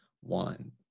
one